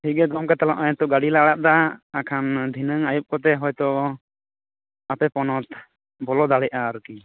ᱴᱷᱤᱠ ᱜᱮᱭᱟ ᱜᱚᱢᱠᱮ ᱛᱟᱦᱚᱞᱮ ᱱᱤᱛᱚᱜ ᱜᱟᱹᱰᱤᱞᱮ ᱟᱲᱟᱜ ᱮᱫᱟ ᱫᱷᱤᱱᱟᱹᱱ ᱟᱹᱭᱩᱵ ᱠᱚᱛᱮ ᱦᱚᱭᱛᱚ ᱟᱯᱮ ᱯᱚᱱᱚᱛ ᱵᱚᱞᱚ ᱫᱟᱲᱮᱭᱟᱜᱼᱟ ᱟᱨᱠᱤ